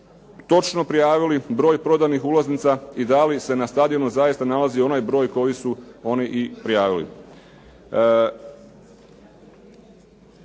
točno prijavili broj prodanih ulaznica i da li se na stadionu zaista nalazi onaj broj koji su oni i prijavili.